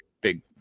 big